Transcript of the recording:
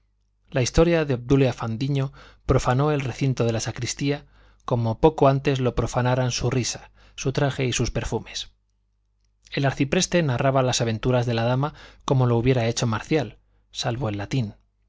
la historia de obdulia fandiño profanó el recinto de la sacristía como poco antes lo profanaran su risa su traje y sus perfumes el arcipreste narraba las aventuras de la dama como lo hubiera hecho marcial salvo el latín